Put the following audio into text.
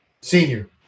senior